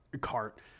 Cart